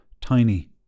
tiny